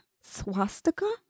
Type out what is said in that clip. swastika